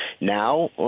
Now